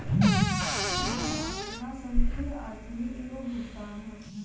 नगदी प्रवाह आपना संकीर्ण अर्थ में एगो भुगतान ह